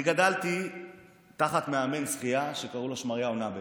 אני גדלתי תחת מאמן שחייה שקראו לו שמריהו נאבל.